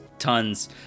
tons